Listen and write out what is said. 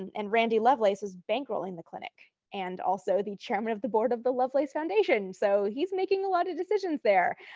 and randy lovelace was bankrolling the clinic, and also the chairman of the board of the lovelace foundation. so he's making a lot of decisions there.